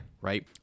Right